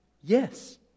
yes